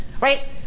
Right